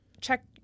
Check